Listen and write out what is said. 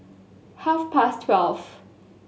half past twelve